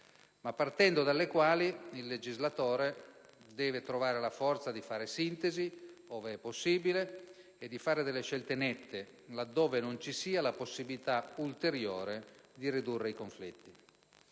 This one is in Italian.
ma partendo dalle quali il legislatore deve trovare la forza di fare sintesi, ove possibile, e di fare delle scelte nette, laddove non ci sia la possibilità ulteriore di ridurre i conflitti.